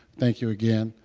thank you again.